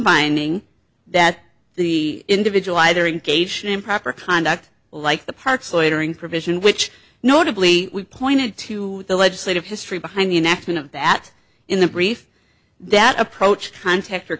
binding that the individual either engage in improper conduct like the parks loitering provision which notably we pointed to the legislative history behind the inaction of the at in the brief that approached contact or